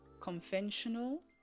conventional